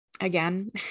Again